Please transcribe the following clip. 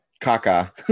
Kaka